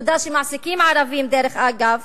דרך אגב,